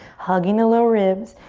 hugging the low ribs.